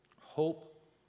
hope